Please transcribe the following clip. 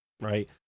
right